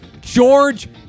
george